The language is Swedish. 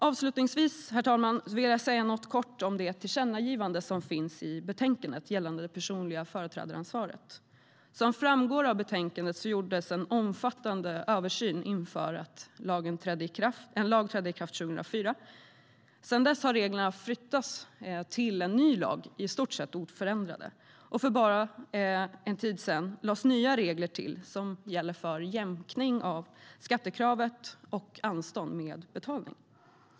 Avslutningsvis vill jag kortfattat säga något om det tillkännagivande som finns i betänkandet gällande det personliga företrädaransvaret. Som framgår av betänkandet gjordes en omfattande översyn inför att en lag trädde i kraft 2004. Sedan dess har reglerna flyttats, i stort sett oförändrade, till en ny lag. Och för bara en tid sedan lades nya regler till som gäller för jämkning av skattekravet och anstånd med betalning.